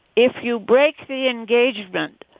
if you break the engagement,